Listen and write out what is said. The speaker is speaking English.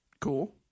Cool